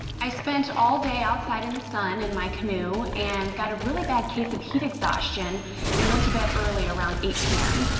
i spent all day outside in the sun in my canoe and got a really bad case of heat exhaustion and went to bed early around eight zero p m.